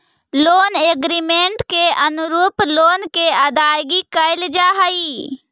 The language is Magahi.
लोन एग्रीमेंट के अनुरूप लोन के अदायगी कैल जा हई